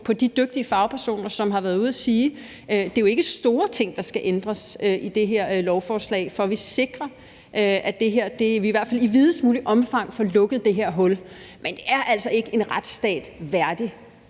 til de dygtige fagpersoner, som har været ude at sige noget. Det er jo ikke store ting, der skal ændres i det her lovforslag, for at vi sikrer, at vi med det her i hvert fald i videst muligt omfang får lukket det her hul. Men det er altså ikke en retsstat værdigt,